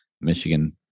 Michigan